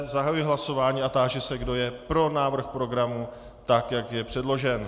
Zahajuji hlasování a táži se, kdo je pro návrh programu, tak jak je předložen.